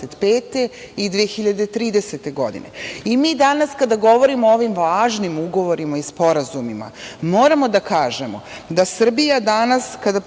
i 2030. godine. Mi danas kada govorimo o ovim važnim ugovorima i sporazumima, moramo da kažemo da Srbija danas kada